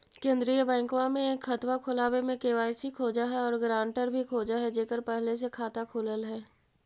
केंद्रीय बैंकवा मे खतवा खोलावे मे के.वाई.सी खोज है और ग्रांटर भी खोज है जेकर पहले से खाता खुलल है?